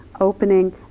opening